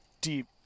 deep